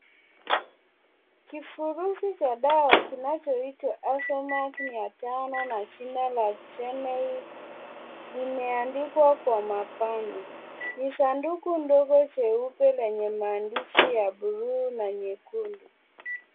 Kifurushi cha dawa kinachoitwa (cs)asomark (cs)mia tano na jina la(cs) generic (CS)limeandikwa kwa mapana ni sanduku ndogo jeupe lenye maandishi ya buluu na nyekundu.